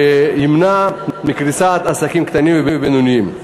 והוא ימנע קריסת עסקים קטנים ובינוניים.